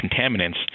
contaminants